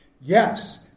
yes